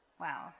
Wow